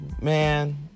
man